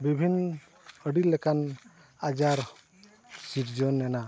ᱵᱤᱵᱷᱤᱱ ᱟᱹᱰᱤ ᱞᱮᱠᱟᱱ ᱟᱡᱟᱨ ᱥᱤᱨᱚᱡᱚᱱ ᱮᱱᱟ